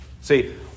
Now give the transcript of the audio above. See